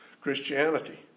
Christianity